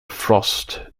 frost